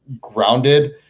grounded